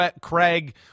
Craig